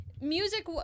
music